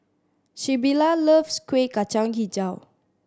Sybilla loves Kueh Kacang Hijau